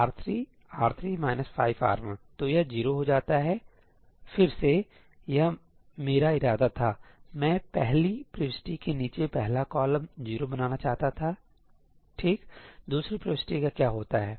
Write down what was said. R3 ← R3 5R1 तो यह 0 हो जाता हैफिर से यह मेरा इरादा था मैं पहली प्रविष्टि के नीचे पहला कॉलम 0 बनाना चाहता था ठीक दूसरी प्रविष्टि का क्या होता है